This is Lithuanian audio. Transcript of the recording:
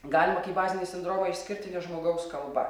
galima kaip bazinį sindromą išskirti ne žmogaus kalba